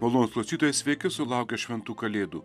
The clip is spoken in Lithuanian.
malonūs klausytojai sveiki sulaukę šventų kalėdų